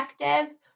effective